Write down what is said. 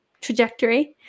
trajectory